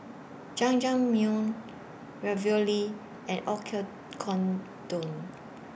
Jajangmyeon Ravioli and